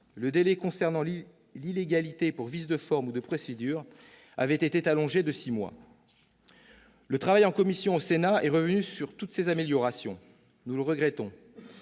Le délai concernant l'illégalité pour vice de forme ou de procédure avait été allongé à six mois. Le travail en commission au Sénat est revenu sur toutes ces améliorations. Nous le regrettons.